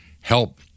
help